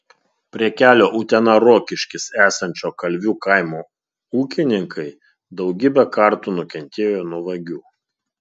prie kelio utena rokiškis esančio kalvių kaimo ūkininkai daugybę kartų nukentėjo nuo vagių